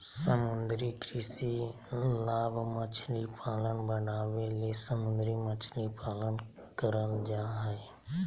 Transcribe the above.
समुद्री कृषि लाभ मछली पालन बढ़ाबे ले समुद्र मछली पालन करल जय हइ